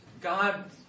God